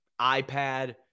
iPad